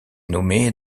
nommé